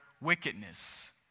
wickedness